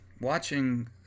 watching